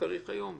התאריך היום 19,